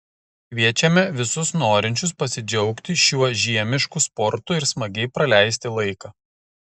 kviečiame visus norinčius pasidžiaugti šiuo žiemišku sportu ir smagiai praleisti laiką